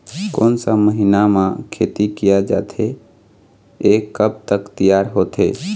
कोन सा महीना मा खेती किया जाथे ये कब तक तियार होथे?